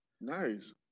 Nice